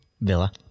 Villa